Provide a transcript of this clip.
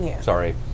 sorry